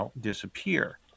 disappear